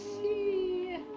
see